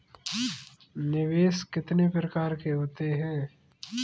निवेश कितने प्रकार के होते हैं?